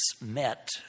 met